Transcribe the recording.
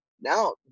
now